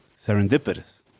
serendipitous